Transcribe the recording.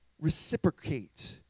reciprocate